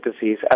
disease